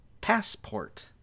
Passport